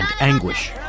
anguish